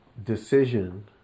decision